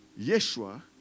Yeshua